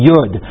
Yud